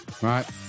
Right